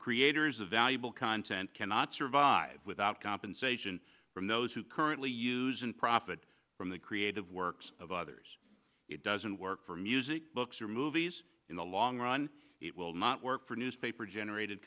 creators of valuable content cannot survive without compensation from those who currently use and profit from the creative works of others it doesn't work for music books or movies in the long run it will not work for newspaper generated